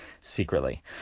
secretly